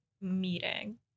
meeting